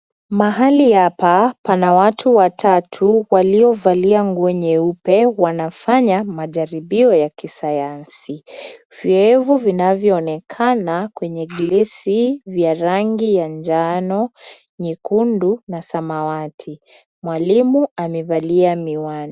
Mahali hapa pana watu watatu waliovalia nguo nyeupe wanafanya majaribio ya kisayansi. Viowevu vinavyo onekana kwenye glesi vya rangi ya njano, nyekundu na samawati. Mwalimu amevalia miwani.